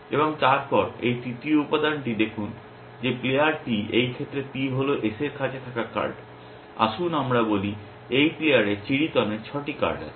এবং তারপর এই তৃতীয় উপাদানটি দেখুন যে প্লেয়ার P এই ক্ষেত্রে P হল S এর কাছে থাকা কার্ড আসুন আমরা বলি এই প্লেয়ারের চিড়িতনের 6 টি কার্ড আছে